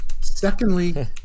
secondly